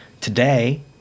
Today